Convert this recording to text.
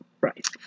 Right